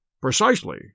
Precisely